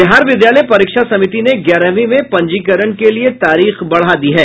बिहार विद्यालय परीक्षा समिति ने ग्यारहवीं में पंजीकरण के लिये तारीख बढ़ा दी है